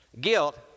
Guilt